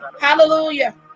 Hallelujah